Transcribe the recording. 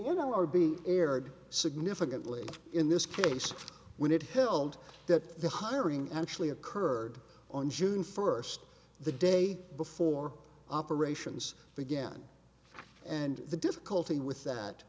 in our be aired significantly in this case when it held that the hiring actually occurred on june first the day before operations began and the difficulty with that